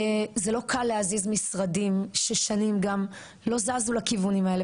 זה לא קל להזיז משרדים ששנים גם לא זזו לכיוונים האלה,